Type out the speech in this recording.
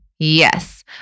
Yes